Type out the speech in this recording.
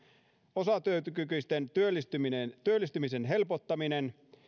osatyökykyisten työllistymisen työllistymisen helpottamista